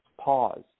pause